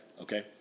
okay